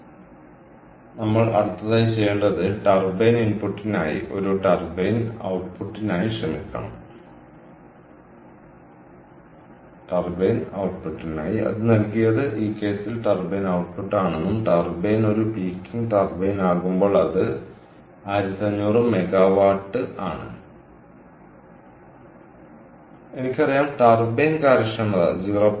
അതിനാൽ നമ്മൾ അടുത്തതായി ചെയ്യേണ്ടത് ടർബൈൻ ഇൻപുട്ടിനായി ഒരു ടർബൈൻ ഔട്ട്പുട്ടിനായി ക്ഷമിക്കണം അത് നൽകിയത് ഈ കേസിൽ ടർബൈൻ ഔട്ട്പുട്ട് ആണെന്നും ടർബൈൻ ഒരു പീക്കിംഗ് ടർബൈൻ ആകുമ്പോൾ അത് 1500 മെഗാവാട്ട് ആണ് ശരിയാണ് എനിക്കറിയാം ടർബൈൻ കാര്യക്ഷമത 0